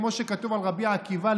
כמו שכתוב על רבי עקיבא,